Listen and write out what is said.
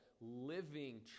living